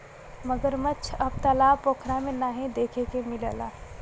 मगरमच्छ अब तालाब पोखरा में नाहीं देखे के मिलला